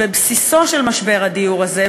בבסיסו של משבר הדיור הזה,